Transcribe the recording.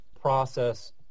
process